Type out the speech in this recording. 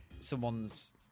someone's